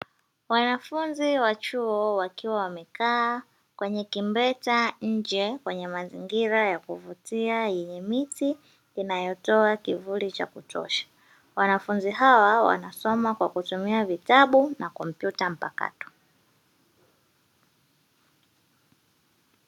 Wanafunzi wa chuo wakiwa wamekaa kwenye kimbweta nje kwenye mazingira ya kuvutia yenye miti inayotoa kivuli cha kutosha. Wanafunzi hawa wanasoma kwa kutumia vitabu na kompyuta mpakato.